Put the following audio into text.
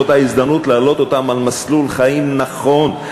זאת ההזדמנות להעלות אותם על מסלול חיים נכון.